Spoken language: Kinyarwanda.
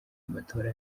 amatora